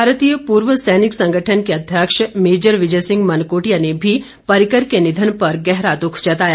भारतीय पूर्व सैनिक संगठन के अध्यक्ष मेजर विजय सिंह मनकोटिया ने भी पर्रिकर के निधन पर गहर दुख जताया